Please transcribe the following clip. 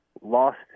lost